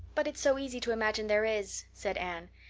but it's so easy to imagine there is, said anne.